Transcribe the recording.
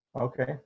Okay